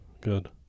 Good